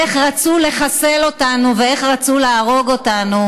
איך רצו לחסל אותנו ואיך רצו להרוג אותנו,